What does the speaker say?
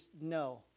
no